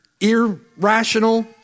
irrational